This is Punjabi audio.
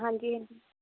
ਹਾਂਜੀ ਹਾਂਜੀ